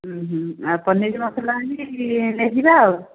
ଆଉ ପନୀର୍ ମସଲା ଆଣିକି ନେଇଯିବା ଆଉ